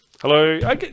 Hello